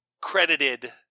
credited